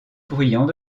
bruyants